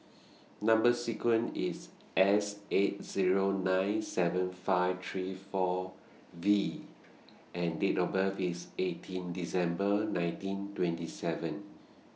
Number sequence IS S eight Zero nine seven five three four V and Date of birth IS eighteen December nineteen twenty seven